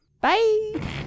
bye